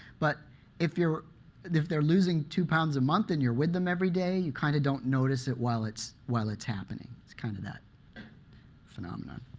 but if if they're losing two pounds a month and you're with them every day, you kind of don't notice it while it's while it's happening. it's kind of that phenomenon.